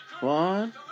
one